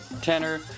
tenor